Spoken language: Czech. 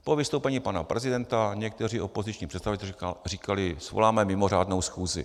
Po vystoupení pana prezidenta někteří opoziční představitelé říkali: svoláme mimořádnou schůzi.